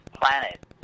planet